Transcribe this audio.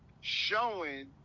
showing